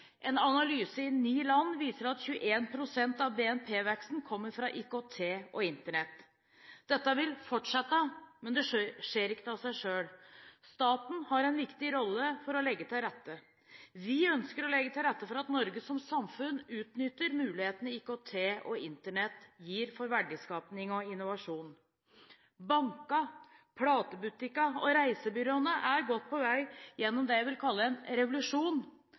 En analyse i ni land viser at 21 pst. av BNP-veksten kommer fra IKT og Internett. Dette vil fortsette, men det skjer ikke av seg selv. Staten har en viktig rolle å spille for å legge til rette. Vi ønsker å legge til rette for at Norge som samfunn utnytter mulighetene IKT og Internett gir for verdiskapning og innovasjon. Bankene, platebutikkene og reisebyråene er godt på vei gjennom det jeg vil kalle en revolusjon.